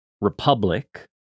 republic